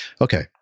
Okay